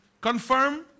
confirm